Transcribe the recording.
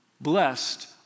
Blessed